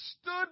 stood